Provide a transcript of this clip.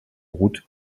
route